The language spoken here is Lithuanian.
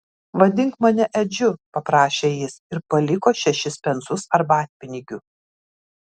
vadink mane edžiu paprašė jis ir paliko šešis pensus arbatpinigių